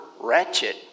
wretched